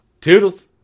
toodles